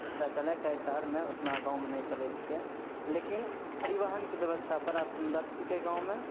जेतेक चलएके चाही शहरमे उतना गाँवमे नहि चलै छिकै लेकिन परिवहनके व्यवस्था बड़ा सुन्दर छिकै गाँवमे